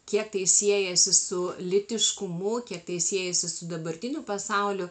kiek tai siejasi su lytiškumu kiek tai siejasi su dabartiniu pasauliu